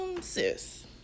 sis